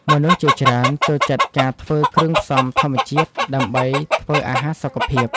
មនុស្សជាច្រើនចូលចិត្តការធ្វើគ្រឿងផ្សំធម្មជាតិដើម្បីធ្វើអាហារសុខភាព។